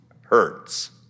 hurts